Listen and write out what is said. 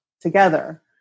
together